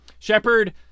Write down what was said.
Shepard